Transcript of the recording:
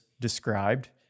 described